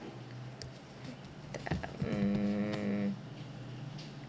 mm